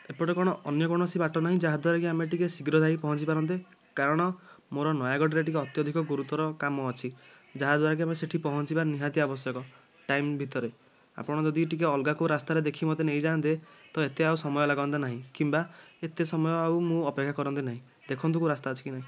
ଏପଟେ କଣ ଅନ୍ୟ କୌଣସି ବାଟ ନାହିଁ ଯାହାଦ୍ୱାରା କି ଆମେ ଟିକେ ଶୀଘ୍ର ଯାଇ କରି ପହଞ୍ଚି ପାରନ୍ତେ କାରଣ ମୋ'ର ନୟାଗଡ଼ ରେ ଟିକେ ଅତ୍ୟଧିକ ଗୁରୁତର କାମ ଅଛି ଯାହାଦ୍ୱରା କି ମୁଁ ସେଇଠି ପହଞ୍ଚିବା ନିହାତି ଆବଶ୍ୟକ ଟାଇମ୍ ଭିତରେ ଆପଣ ଯଦି ଟିକେ ଅଲଗା କେଉଁ ରାସ୍ତାରେ ଦେଖି ମୋତେ ନେଇଯାଆନ୍ତେ ତ ଏତେ ଆଉ ସମୟ ଲାଗନ୍ତା ନାହିଁ କିମ୍ବା ଏତେ ସମୟ ଆଉ ମୁଁ ଅପେକ୍ଷା କରନ୍ତି ନାହିଁ ଦେଖନ୍ତୁ କେଉଁ ରାସ୍ତା ଅଛି କି ନାହିଁ